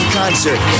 concert